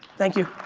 thank you.